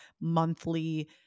monthly